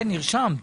כן, נרשמת.